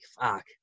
fuck